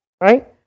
right